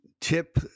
tip